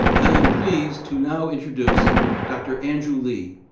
i am pleased to now introduce dr. andrew lee,